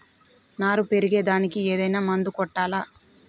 నారు పెరిగే దానికి ఏదైనా మందు కొట్టాలా?